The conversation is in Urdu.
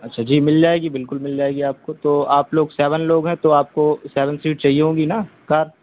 اچھا جی مل جائے گی بالکل مل جائے گی آپ کو تو آپ لوگ سیون لوگ ہیں تو آپ کو سیون سیٹ چاہیے ہوں گی نا کار